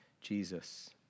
Jesus